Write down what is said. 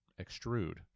extrude